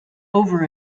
over